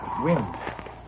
Wind